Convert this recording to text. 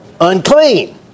Unclean